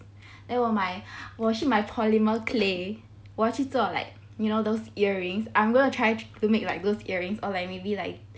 eh 我买我去买 polymer clay 我要去做 like you know those earrings I am going to try to make like those earrings or like maybe like